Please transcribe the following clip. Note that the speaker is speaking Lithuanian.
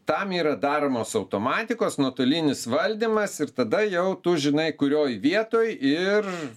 tam yra daromos automatikos nuotolinis valdymas ir tada jau tu žinai kurioj vietoj ir